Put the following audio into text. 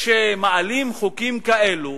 שמעלים חוקים כאלו